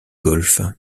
golf